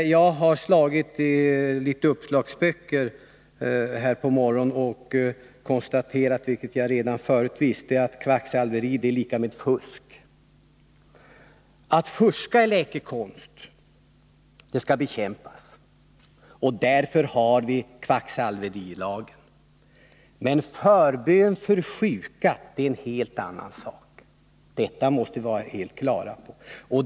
Jag slog i några uppslagsböcker i morse och konstaterade — vilket jag redan förut visste — att kvacksalveri är lika med fusk. Fusk i läkekonst skall bekämpas, och därför har vi kvacksalverilagen. Men förbön för sjuka är en helt annan sak — detta måste vi vara helt på det klara med.